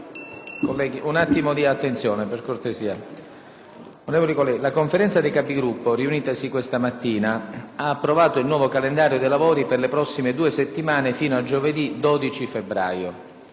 finestra"). Onorevoli colleghi, la Conferenza dei Capigruppo, riunitasi questa mattina, ha approvato il nuovo calendario dei lavori per le prossime due settimane, fino a giovedì 12 febbraio.